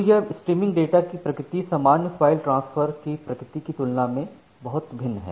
तो यह streaming data की प्रकृति सामान्य फ़ाइल ट्रांसफर की प्रकृति की तुलना में बहुत भिन्न है